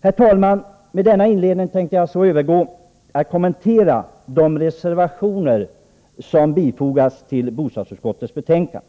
Herr talman! Efter denna inledning tänker jag övergå till att kommentera de reservationer som fogats till bostadsutskottets betänkande.